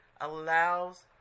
allows